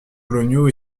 coloniaux